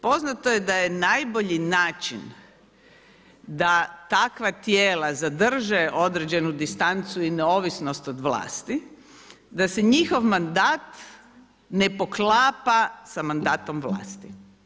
Poznato je da je najbolji način da takva tijela zadrže određenu distancu i neovisnost od vlasti, da se njihov mandat ne poklapa sa mandatom vlasti.